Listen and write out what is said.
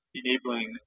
enabling